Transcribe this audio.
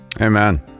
amen